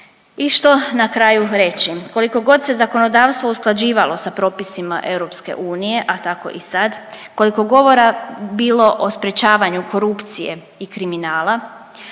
I što na kraju reći. Koliko god se zakonodavstvo usklađivalo sa propisima EU, a tako i sad, koliko govora bilo o sprječavanju korupcije i kriminala,